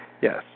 Yes